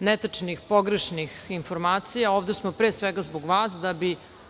netačnih, pogrešnih informacija, ovde smo pre svega zbog vas da bi